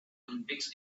olympics